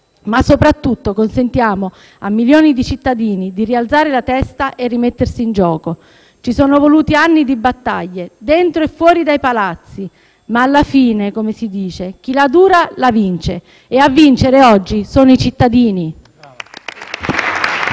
ma soprattutto consentiamo a milioni di cittadini di rialzare la testa e di rimettersi in gioco. Ci sono voluti anni di battaglie, dentro e fuori dai Palazzi, ma alla fine, come si dice, chi la dura la vince. E a vincere oggi sono i cittadini.